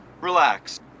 Relax